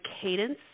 cadence